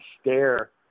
stare